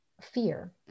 fear